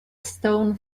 stone